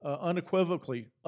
unequivocally